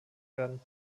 werden